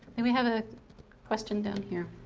and we have a question down here.